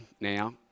now